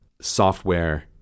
software